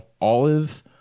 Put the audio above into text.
olive